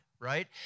right